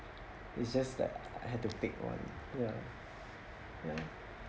it's just that I have to pick one ya ya